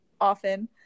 often